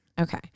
Okay